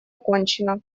окончена